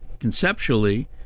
conceptually